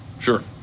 Sure